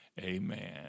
Amen